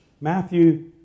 Matthew